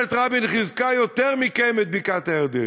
ממשלת רבין חיזקה יותר מכם את בקעת-הירדן.